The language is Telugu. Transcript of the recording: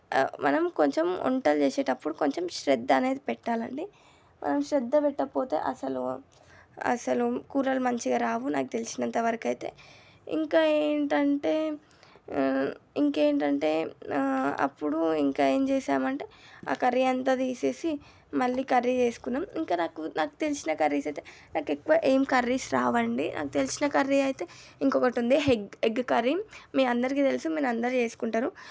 మనం కొంచెం వంటలు చేసేటప్పుడు కొంచెం శ్రద్ధ అనేది పెట్టాలండి శ్రద్ధ పెట్టకపోతే అసలు అసలు కూరలు మంచిగా రావు నాకు తెలిసినంత వరకైతే ఇంకా ఏంటంటే ఇంకా ఏంటంటే అప్పుడు ఇంకా ఏం చేసామంటే ఆ కర్రీ అంత తీసేసి మళ్ళీ కర్రీ చేసుకున్నాము ఇంకా నాకు నాకు తెలిసిన కర్రీస్ అయితే నాకు ఎక్కువ ఏం కర్రీస్ రావు అండి నాకు తెలిసిన కర్రీ అయితే ఇంకొకకి ఉంటుంది ఎగ్ ఎగ్ కర్రీ మీ అందరికీ తెలుసు మీరందరూ చేసుకుంటారు